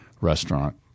restaurant